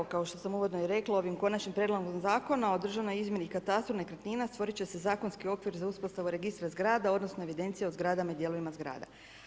Evo kao što sam uvodno i rekla, ovim Konačnim prijedlogom Zakona o državnoj izmjeri i katastru nekretnina, stvorit će se zakonski okvir za uspostavu Registra zgrada odnosno evidencija o zgradama i dijelovima zgrada.